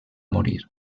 morir